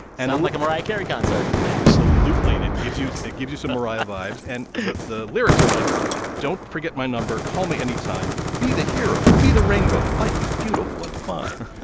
and. sounds um like a mariah carey concert absolutely. that gives you. it gives you some mariah vibes. and the lyrics are like don't forget my number, call me anytime, be the hero, be the rainbow. life is beautiful and fine.